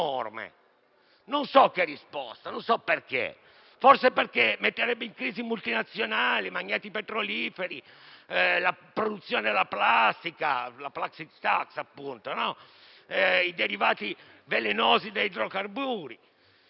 Non so quale sia la risposta. Forse perché metterebbe in crisi multinazionali, magnati petroliferi, la produzione della plastica e la *plastic tax*, i derivati velenosi da idrocarburi.